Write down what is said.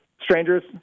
strangers